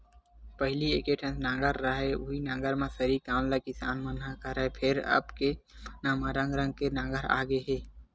पहिली एके ठन नांगर रहय उहीं नांगर म सरी काम ल किसान मन ह करय, फेर अब के जबाना म रंग रंग के नांगर आ गे हे